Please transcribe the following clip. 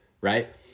right